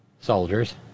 soldiers